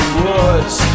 woods